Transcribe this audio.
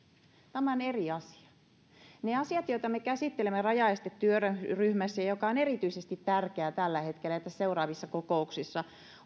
on eri asia niistä asioista joita me käsittelemme rajaestetyöryhmässä on erityisesti tärkeä tällä hetkellä ja seuraavissa kokouksissa